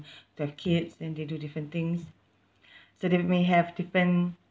to have kids then they do different things so they may have different